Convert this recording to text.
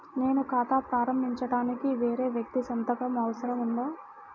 నేను ఖాతా ప్రారంభించటానికి వేరే వ్యక్తి సంతకం అవసరం ఉందా?